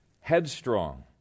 headstrong